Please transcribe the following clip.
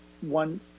one